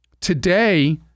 today